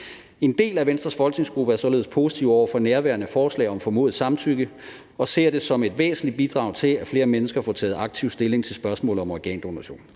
En del af Venstres folketingsgruppe er således positive over for nærværende forslag om formodet samtykke og ser det som et væsentligt bidrag til, at flere mennesker får taget aktiv stilling til spørgsmålet om organdonation.